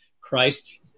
Christ